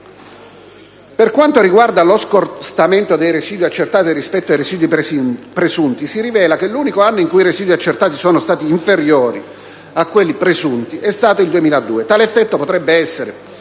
Per quanto riguarda lo scostamento dei residui accertati rispetto ai residui presunti, si rileva che l'unico anno in cui i residui accertati sono stati inferiori a quelli presunti è stato il 2002; tale effetto potrebbe essere